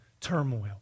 turmoil